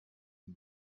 and